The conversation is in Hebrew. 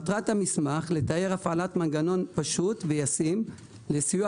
מטרת המסמך לתאר הפעלת מנגנון פשוט ויגשים לסיוע